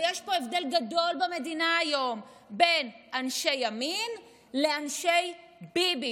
ויש פה הבדל גדול במדינה היום בין אנשי ימין לאנשי ביבי.